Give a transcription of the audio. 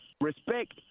Respect